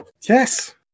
Yes